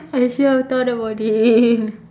I actually never thought about it